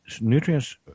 nutrients